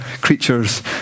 creatures